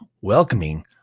welcoming